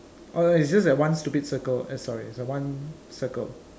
alright it's just that one stupid circle eh sorry is that one circle